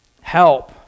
help